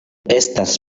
estas